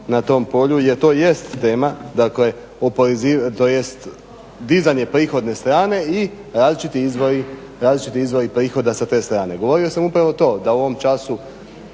na tom polju jer to jest tema, dakle dizanje prihodne strane i različiti izvori prihoda sa te strane. Govorio sam upravo to da u ovom času